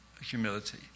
humility